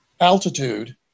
altitude